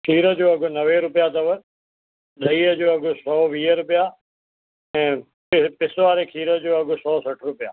खीर जो अघु नवे रुपिया अथव ॾई जो अघु सौ वीह रुपिया ऐं पिसु पिसु वारे खीर जो अघु सौ सठि रुपिया